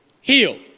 healed